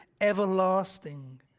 everlasting